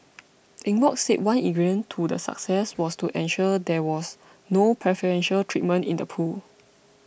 Eng Bock said one ingredient to the success was to ensure there was no preferential treatment in the pool